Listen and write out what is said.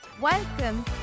welcome